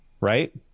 right